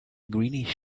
greenish